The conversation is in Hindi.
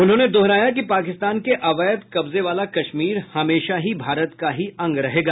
उन्होंने दोहराया कि पाकिस्तान के अवैध कब्जे वाला कश्मीर हमेशा ही भारत का ही अंग रहेगा